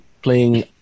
Playing